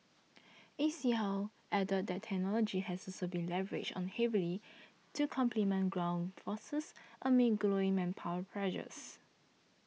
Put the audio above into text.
A C how added that technology has also been leveraged on heavily to complement ground forces amid growing manpower pressures